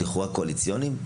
לכאורה קואליציוניים,